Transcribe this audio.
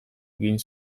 egin